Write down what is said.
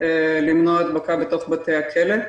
למנוע הדבקה בתוך בתי הכלא,